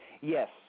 Yes